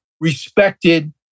respected